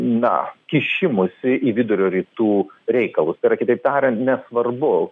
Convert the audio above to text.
na kišimusi į vidurio rytų reikalus yra kitaip tariant nesvarbu